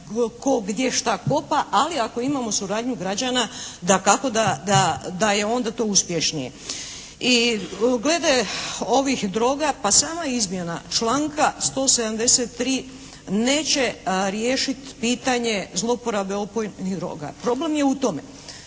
tko gdje šta kopa? Ali ako imamo suradnju građana dakako da je onda to uspješnije. I glede ovih droga pa sama izmjena članka 173. neće riješiti pitanje zlouporabe opojnih droga. Problem je u tome